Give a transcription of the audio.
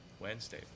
Wednesday